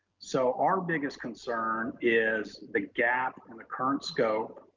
so our biggest concern is the gap in the current scope